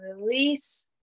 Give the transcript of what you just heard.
release